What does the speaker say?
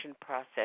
process